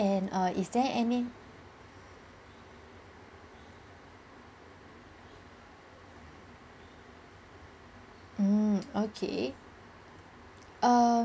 and err is there any mm okay err